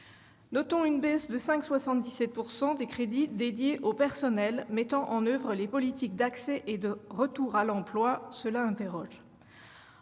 Notons une baisse de 5,77 % des crédits dédiés à l'action Personnels mettant en oeuvre les politiques d'accès et de retour à l'emploi. Cela interroge